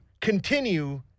continue